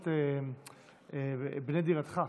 אגב, הם גם עשו את "בנה דירתך"